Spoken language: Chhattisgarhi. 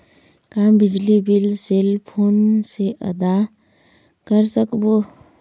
का बिजली बिल सेल फोन से आदा कर सकबो?